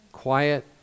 Quiet